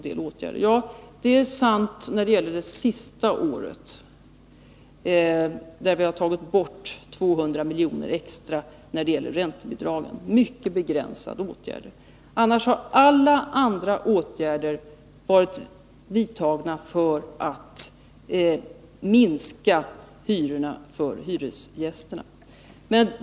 Det är sant beträffande det senaste året, då vi har tagit bort 200 milj.kr. extra när det gäller räntebidragen — mycket begränsade åtgärder. Annars har alla andra åtgärder vidtagits för att minska hyrorna för hyresgästerna.